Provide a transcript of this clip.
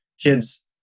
kids